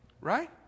Right